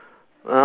ah